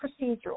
procedural